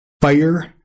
fire